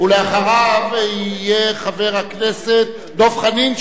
ואחריו יהיה חבר הכנסת דב חנין,